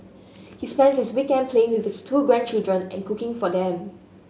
he spends his weekend playing with his two grandchildren and cooking for them